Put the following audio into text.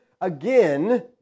again